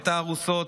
את הארוסות,